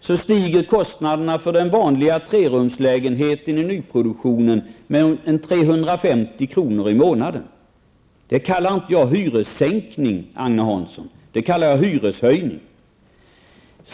stiger kostnaderna för en vanlig trerumslägenhet i nyproduktionen med 350 kr. i månaden. Det kallar jag inte för hyressänkning, det kallar jag för hyreshöjning.